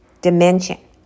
dimension